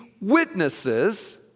witnesses